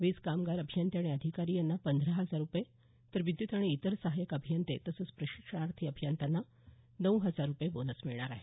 वीज कामगार अभियंते आणि अधिकारी यांना पंधरा हजार रूपये तर विद्युत आणि इतर सहाय्यक अभियंते तसंच प्रशिक्षणार्थी अभियंत्यांना नऊ हजार रूपये बोनस मिळाणार आहे